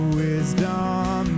wisdom